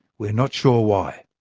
we're not sure why.